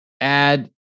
add